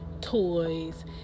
toys